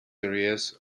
arrears